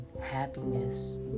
happiness